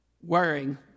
wearing